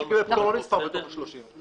מי שקיבל פטור, לא נספר בתוך ה-30.